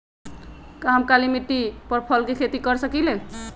का हम काली मिट्टी पर फल के खेती कर सकिले?